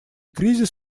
кризис